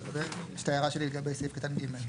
ויש את ההערה שלי לגבי סעיף קטן (ג).